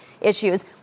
issues